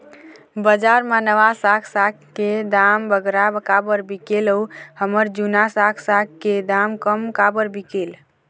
बजार मा नावा साग साग के दाम बगरा काबर बिकेल अऊ हमर जूना साग साग के दाम कम काबर बिकेल?